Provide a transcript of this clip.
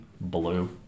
blue